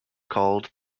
called